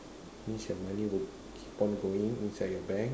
means your money will keep on going inside your bank